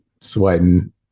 sweating